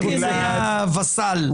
הוא וסאל.